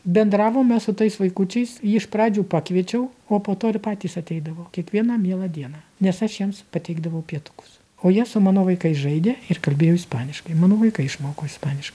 bendravome su tais vaikučiais iš pradžių pakviečiau o po to ir patys ateidavo kiekvieną mielą dieną nes aš jiems pateikdavau pietukus o jie su mano vaikais žaidė ir kalbėjo ispaniškai mano vaikai išmoko ispaniš